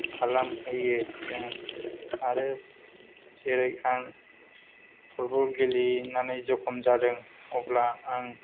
खालामहैयो जों आरो जेरै आं फुटबल गेलेनानै जखम जादों अब्ला आं